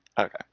okay